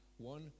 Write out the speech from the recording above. one